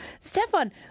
Stefan